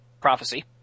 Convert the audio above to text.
Prophecy